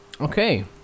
Okay